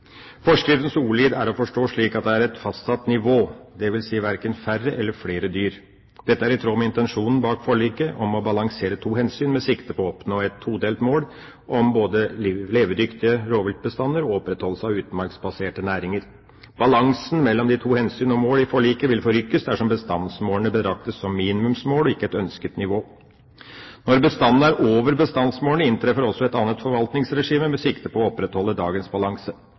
Forskriftens ordlyd er å forstå slik at det er et fastsatt nivå, dvs. verken færre eller flere dyr. Dette er i tråd med intensjonen bak forliket om å balansere to hensyn med sikte på å oppnå et todelt mål om både levedyktige rovviltbestander og opprettholdelse av utmarksbaserte næringer. Balansen mellom de to hensyn og mål i forliket vil forrykkes dersom bestandsmålene betraktes som minimumsmål og ikke et ønsket nivå. Når bestandene er over bestandsmålene, inntreffer også et annet forvaltningsregime med sikte på å opprettholde dagens balanse.